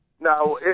now